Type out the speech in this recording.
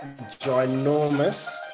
ginormous